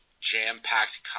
jam-packed